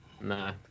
No